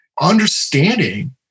understanding